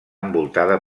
envoltada